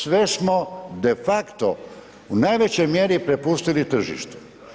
Sve smo de facto u najvećoj mjeri prepustili tržištu.